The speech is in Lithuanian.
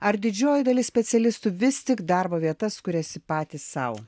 ar didžioji dalis specialistų vis tik darbo vietas kuriasi patys sau